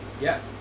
Yes